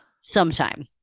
Sometime